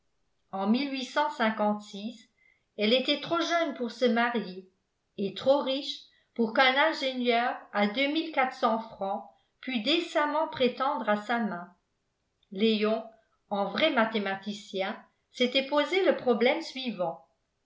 en elle était trop jeune pour se marier et trop riche pour qu'un ingénieur à francs pût décemment prétendre à sa main léon en vrai mathématicien s'était posé le problème suivant